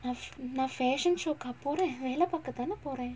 நா நா:naa naa fashion show கா போர வேல பாக்க தான போர:ka pora vela paaka thana pora